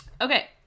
Okay